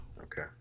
Okay